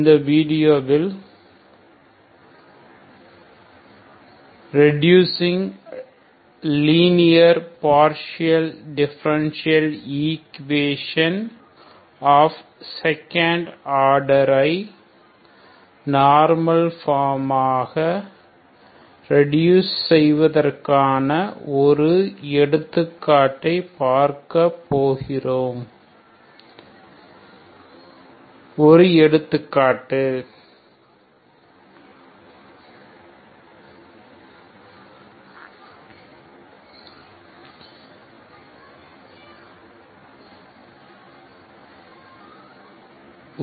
இந்த வீடியோவில் reducing linear partial differential equation of second order ஐ நார்மல் ஃபார்மாக ரெடுஸ் செய்வதற்கான ஒரு எடுத்துக்காட்டை பார்க்கப் போகிறோம்